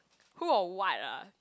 who or what ah